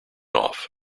off